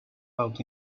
out